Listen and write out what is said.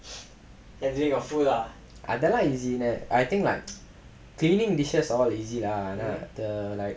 அதெல்லாம்; athellam easy leh I think like cleaning dishes all lazy lah the like